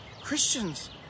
Christians